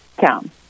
town